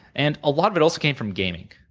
and a lot of it also came from gaming.